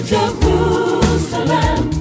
Jerusalem